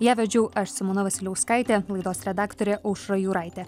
ją vedžiau aš simona vasiliauskaitė laidos redaktorė aušra juraitė